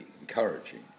encouraging